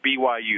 BYU